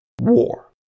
war